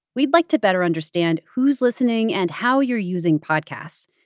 we'd like to better understand who's listening and how you're using podcasts.